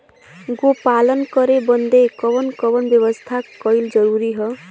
गोपालन करे बदे कवन कवन व्यवस्था कइल जरूरी ह?